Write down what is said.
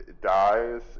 Dies